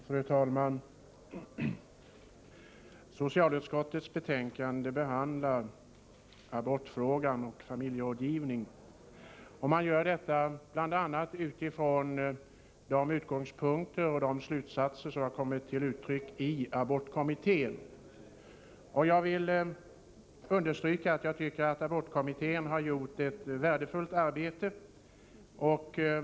Fru talman! I socialutskottets betänkande behandlas abortfrågan och familjeplanering bl.a. utifrån de utgångspunkter och slutsatser som har kommit till uttryck i abortkommitténs betänkande. Jag vill understryka att jag tycker att abortkommittén har gjort ett värdefullt arbete.